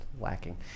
lacking